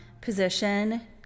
position